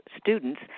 students